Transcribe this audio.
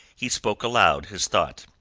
he spoke aloud his thought.